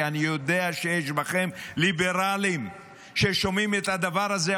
כי אני יודע שיש בכם ליברלים ששומעים את הדבר הזה,